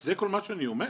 זה כל מה שאני אומר.